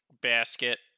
basket